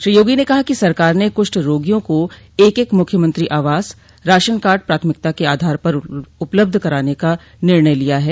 श्री योगी ने कहा कि सरकार ने कुष्ठ रोगियों को एक एक मुख्यमंत्री आवास राशनकार्ड प्राथमिकता के आधार पर उपलब्ध कराने का निर्णय लिया है